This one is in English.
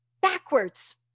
backwards